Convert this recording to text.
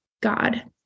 God